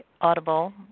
audible